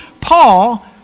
Paul